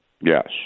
Yes